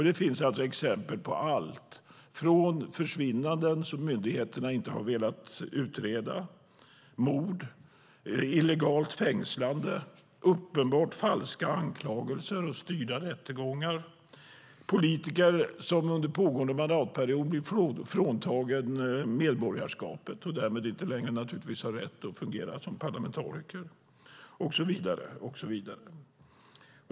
Det finns exempel på allt från försvinnanden som myndigheterna inte har velat utreda, mord, illegalt fängslande, uppenbart falska anklagelser och styrda rättegångar, politiker som under pågående mandatperioder fråntagits medborgarskapet och därmed naturligtvis inte längre har rätt att fungera som parlamentariker, och så vidare.